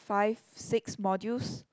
five six modules